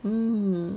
mm